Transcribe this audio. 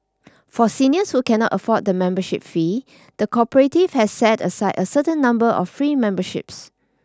for seniors who cannot afford the membership fee the cooperative has set aside a certain number of free memberships